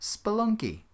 Spelunky